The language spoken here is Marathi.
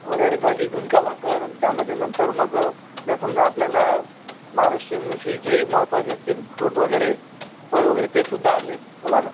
वऱ्हाडी थाली झुणका भाकर अन् त्यामध्ये नंतर मग जर समजा आपल्याला महाराष्ट्रीयन ही जे ही महत्त्वाचे असतील फ्रूट वगैरे फळ वगैरे ते सुद्धा आहेत बोला ना